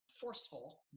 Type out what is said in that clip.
forceful